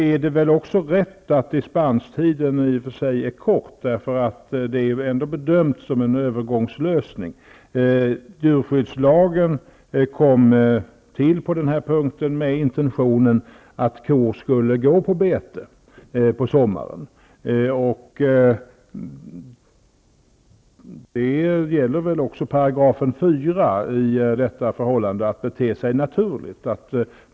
Det är rätt att dispenstiden i och för sig är kort. Det här är bedömt att vara en övergångslösning. Djurskyddslagen kom till med intentionen att kor skulle gå på bete på sommaren. Det gäller också § 4 om att bete sig naturligt.